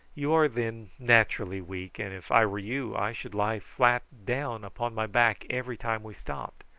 you are then naturally weak, and if i were you i should lie flat down upon my back every time we stopped.